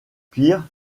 pire